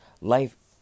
Life